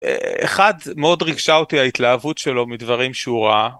אחד מאוד ריגשה אותי ההתלהבות שלו מדברים שהוא ראה.